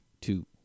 two